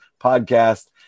podcast